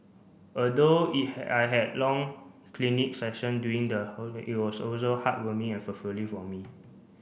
although I have long clinic session during it was also heartwarming and fulfilling for me